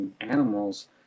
animals